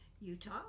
Utah